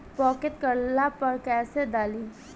Pocket करेला पर कैसे डाली?